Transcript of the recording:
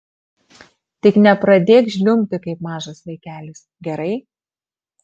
tik nepradėk žliumbti kaip mažas vaikelis gerai